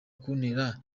kuntera